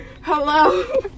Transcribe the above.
Hello